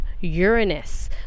Uranus